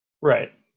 Right